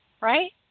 Right